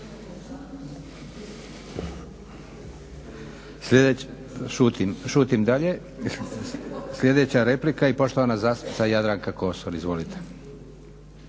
(SDP)** Šutim dalje. Sljedeća replika i poštovana zastupnica Jadranka Kosor, izvolite.